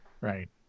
Right